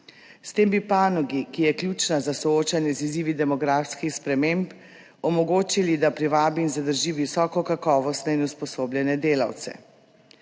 S tem bi panogi, ki je ključna za soočanje z izzivi demografskih sprememb, omogočili, da privabi in zadrži visokokakovostne in usposobljene delavce.